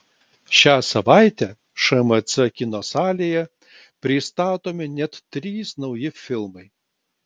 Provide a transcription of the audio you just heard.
šią savaitę šmc kino salėje pristatomi net trys nauji filmai